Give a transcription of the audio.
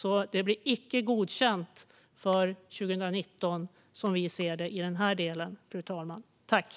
I den här delen blir det som vi ser det, fru talman, icke godkänt för 2019.